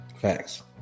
Facts